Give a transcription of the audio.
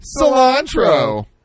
Cilantro